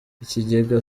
ikigega